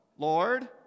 Lord